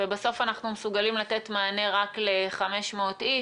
ובסוף אנחנו מסוגלים לתת מענה רק ל-500 איש.